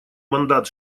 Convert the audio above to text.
мандат